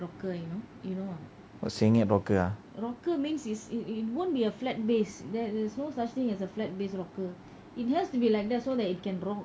oh sangye rocker ah